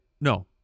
No